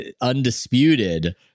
undisputed